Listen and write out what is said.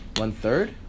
One-third